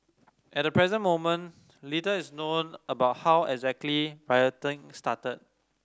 at the present moment little is known about how exactly rioting started